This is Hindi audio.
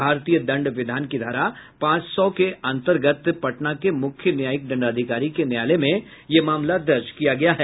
भारतीय दंड विधान की धारा पांच सौ के अंतर्गत पटना के मुख्य न्यायिक दंडाधिकारी के न्यायालय में यह मामला दर्ज किया गया है